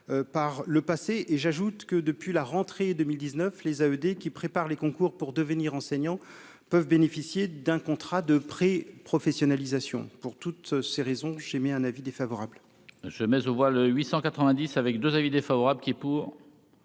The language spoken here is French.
par le passé et j'ajoute que depuis la rentrée 2019 les AMD qui préparent les concours pour devenir enseignant, peuvent bénéficier d'un contrat de pré-professionnalisation pour toutes ces raisons, j'émets un avis défavorable. Je mais voit le 800 90 avec 2 avis défavorables. Qui est